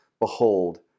Behold